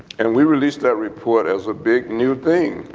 and we released that report as a big new thing,